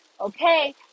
Okay